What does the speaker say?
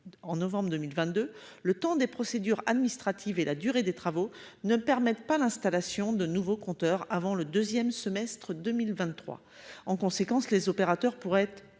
En novembre 2022, le temps des procédures administratives et la durée des travaux ne permettent pas l'installation de nouveaux compteurs avant le 2ème semestre 2023 en conséquence les opérateurs pourraient être